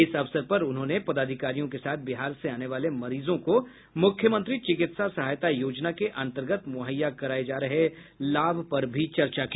इस अवसर पर उन्होंने पदाधिकारियों के साथ बिहार से आने वाले मरीजों को मुख्यमंत्री चिकित्सा सहायता योजना के अंतर्गत मुहैया कराए जा रहे लाभ पर भी चर्चा की